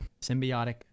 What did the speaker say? symbiotic